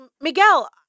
Miguel